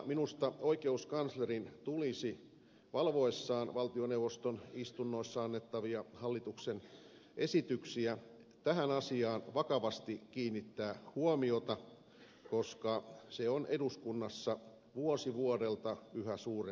minusta oikeuskanslerin tulisi valvoessaan valtioneuvoston istunnoissa annettavia hallituksen esityksiä tähän asiaan vakavasti kiinnittää huomiota koska se on eduskunnassa vuosi vuodelta yhä suurempi ongelma